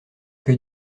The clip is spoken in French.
que